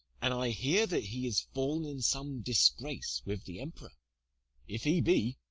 and i hear that he is fall'n in some disgrace with the emperor if he be,